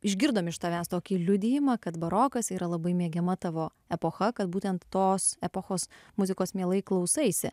išgirdom iš tavęs tokį liudijimą kad barokas yra labai mėgiama tavo epocha kad būtent tos epochos muzikos mielai klausaisi